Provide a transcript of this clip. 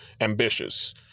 ambitious